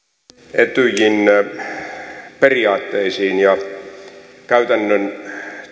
etyjin periaatteisiin ja käytännön